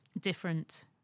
different